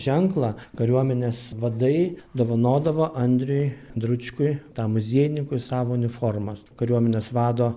ženklą kariuomenės vadai dovanodavo andriui dručkui tam muziejininkui savo uniformas kariuomenės vado